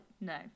no